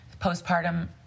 postpartum